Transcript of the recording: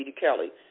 Kelly